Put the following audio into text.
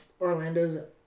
Orlando's